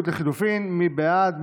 מי בעד?